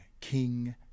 King